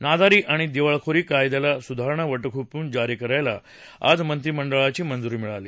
नादारी आणि दिवाळखोरी कायदा स्धारणा वटहक्म जारी करायलाही आज मंत्रिमंडळाची मंज्री मिळाली